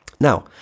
Now